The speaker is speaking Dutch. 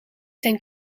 zijn